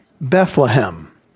Bethlehem